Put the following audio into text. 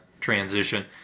transition